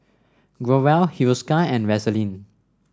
Growell Hiruscar and Vaselin